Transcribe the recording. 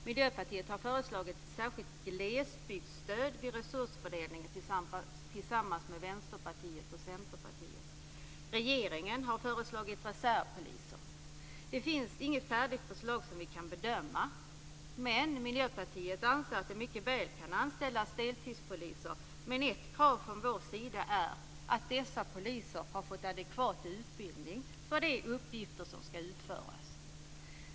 Miljöpartiet har tillsammans med Vänsterpartiet och Centerpartiet föreslagit ett särskilt glesbygdsstöd vid resursfördelningen. Regeringen har föreslagit reservpoliser. Det finns inget färdigt förslag som vi kan bedöma. Miljöpartiet anser att det mycket väl kan anställas deltidspoliser. Men ett krav från vår sida är att dessa poliser har fått adekvat utbildning för de uppgifter som ska utföras.